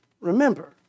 remember